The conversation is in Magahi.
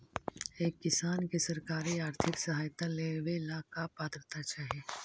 एक किसान के सरकारी आर्थिक सहायता लेवेला का पात्रता चाही?